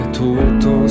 tutto